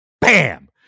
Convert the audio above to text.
bam